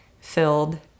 filled